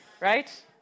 right